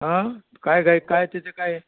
आं काय काय काय तिथं काय आहे